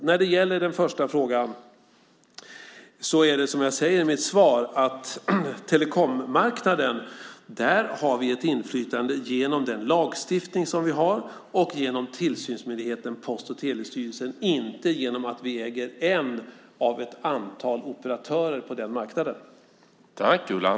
När det gäller den första frågan är det som jag sade i mitt svar att på telekommarknaden har vi ett inflytande genom den lagstiftning som vi har och genom tillsynsmyndigheten Post och telestyrelsen, inte genom att vi äger en av ett antal operatörer på den marknaden.